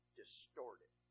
distorted